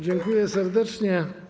Dziękuję serdecznie.